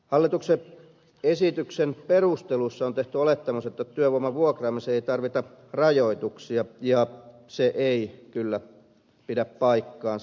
hallituksen esityksen perusteluissa on tehty olettamus että työvoiman vuokraamiseen ei tarvita rajoituksia ja se ei kyllä pidä paikkaansa